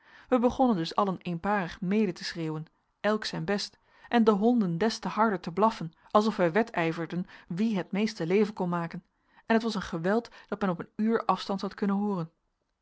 wij begonnen dus allen eenparig mede te schreeuwen elk zijn best en de honden des te harder te blaffen alsof wij wedijverden wie hei meeste leven kon maken en het was een geweld dat men op een uur afstands had kunnen hooren